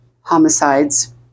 homicides